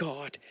God